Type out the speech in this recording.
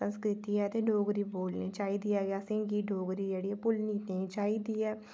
डोगरी साढ़ी संस्कृति ऐ ते डोगरी बोलनी चाहिदी ते असेंगी डोगरी जेह्ड़ी ऐ भुल्लनी नेईं चाहिदी ऐ